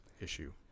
issue